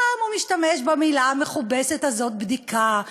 שם הוא משתמש במילה המכובסת הזאת "בדיקה".